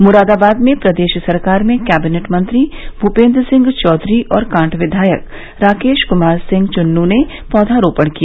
मुरादाबाद में प्रदेश सरकार में कैबिनेट मंत्री भूपेंद्र सिंह चौधरी और कांठ विधायक राकेश कुमार सिंह चुन्नू ने पौधरोपण किया